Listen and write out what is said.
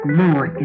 more